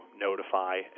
notify